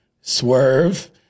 Swerve